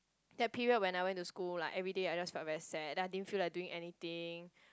that period when I went to school like everyday I just felt very sad then I didn't feel like doing anything